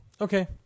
okay